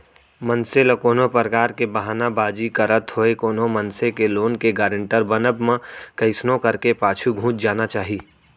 मनसे ल कोनो परकार के बहाना बाजी करत होय कोनो मनसे के लोन के गारेंटर बनब म कइसनो करके पाछू घुंच जाना चाही